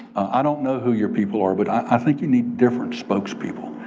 i don't know who your people are but i think you need different spokespeople.